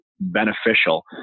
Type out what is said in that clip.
beneficial